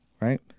right